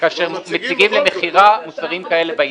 כאשר מציגים למכירה מוצרים כאלה באינטרנט.